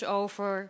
over